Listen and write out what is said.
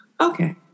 okay